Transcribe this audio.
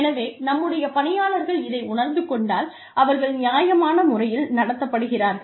எனவே நம்முடைய பணியாளர்கள் இதை உணர்ந்து கொண்டால் அவர்கள் நியாயமான முறையில் நடத்தப்படுகிறார்கள்